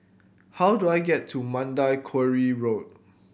how do I get to Mandai Quarry Road